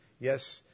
Yes